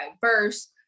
diverse